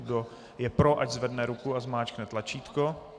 Kdo je pro, ať zvedne ruku a zmáčkne tlačítko.